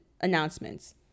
announcements